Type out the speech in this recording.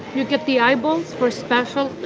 you get the eyeballs for special,